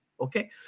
Okay